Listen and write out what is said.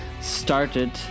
started